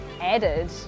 added